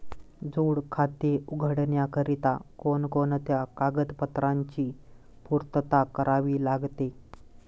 जोड खाते उघडण्याकरिता कोणकोणत्या कागदपत्रांची पूर्तता करावी लागते?